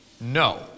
no